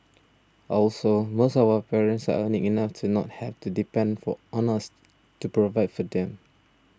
also most of our parents are earning enough to not have to depend for on us to provide for them